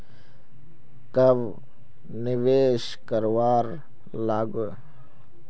कब निवेश करवार लागे?